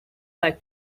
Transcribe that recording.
like